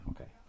okay